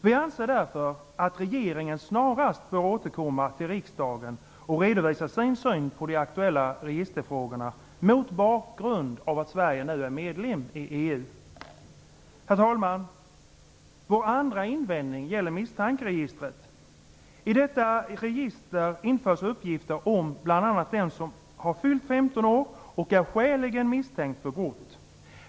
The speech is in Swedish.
Vi anser därför att regeringen snarast bör återkomma till riksdagen och redovisa sin syn på det aktuella registerfrågorna mot bakgrund av att Sverige nu är medlem i EU. Herr talman! Vår andra invändning gäller misstankeregistret. I detta register införs uppgifter om bl.a. den som har fyllt 15 år och är skäligen misstänkt för brott.